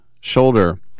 shoulder